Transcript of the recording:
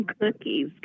cookies